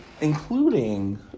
including